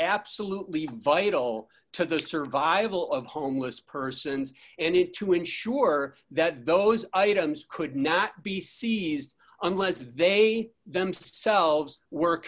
absolutely vital to the survival of homeless persons and it to ensure that those items could not be seized unless they themselves w